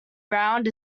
round